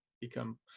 become